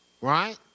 Right